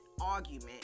argument